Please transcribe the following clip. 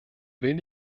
will